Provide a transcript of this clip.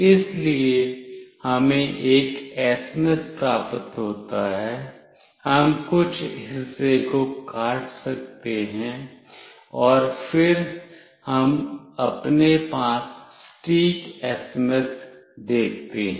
इसलिए हमें एक एसएमएस प्राप्त होता है हम कुछ हिस्से को काट देते हैं और फिर हम अपने पास सटीक एसएमएस देखते हैं